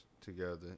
together